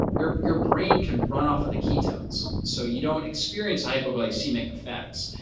your your brain can run off of the ketones so you don't experience hypoglycemic effects.